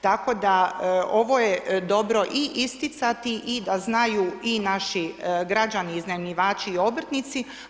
Tako da ovo je dobro i isticati i da znaju i naši građani, iznajmljivači i obrtnici.